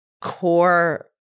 core